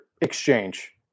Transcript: exchange